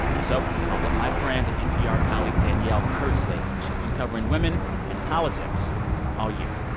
so i called up my friend and npr colleague danielle kurtzleben. she's been covering women and politics all year